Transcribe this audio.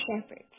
shepherds